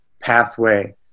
pathway